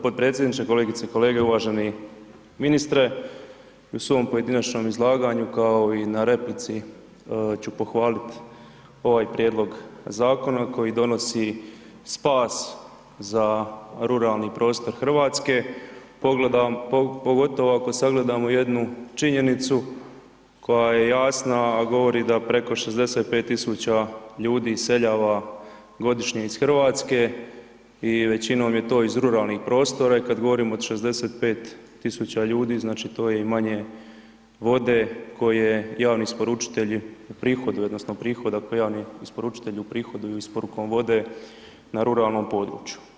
Potpredsjedniče, kolegice i kolege, uvaženi ministre, i u svom pojedinačnom izlaganju, kao i na replici ću pohvalit ovaj prijedlog zakona koji donosi spas za ruralni prostor RH, pogotovo ako sagledamo jednu činjenicu koja je jasna, a govori da preko 65 000 ljudi iseljava godišnje iz RH i većinom je to iz ruralnih prostora i kad govorimo od 65 000 ljudi, znači, to je i manje vode koje javni isporučitelji uprihoduju odnosno prihoda koji javni isporučitelji uprihoduju isporukom vode na ruralnom području.